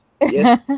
Yes